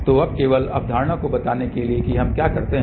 तो अब केवल अवधारणा को बताने के लिए कि हम क्या करते हैं